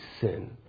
sin